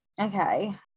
okay